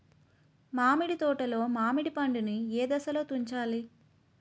మామిడి తోటలో మామిడి పండు నీ ఏదశలో తుంచాలి?